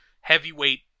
heavyweight